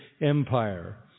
empire